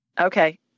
Okay